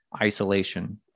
isolation